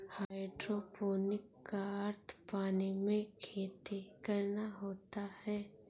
hydroponic का अर्थ पानी में खेती करना होता है